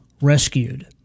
rescued